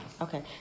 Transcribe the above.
Okay